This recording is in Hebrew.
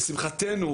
לשמחתנו,